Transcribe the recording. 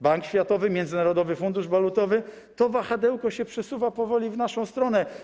Bank Światowy, Międzynarodowy Fundusz Walutowy - to wahadełko się przesuwa powoli w naszą stronę.